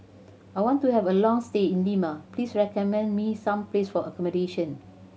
I want to have a long stay in Lima please recommend me some place for accommodation